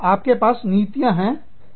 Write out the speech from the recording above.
आपके पास नीतियाँ होंगी